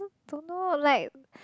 don't know like